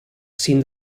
sin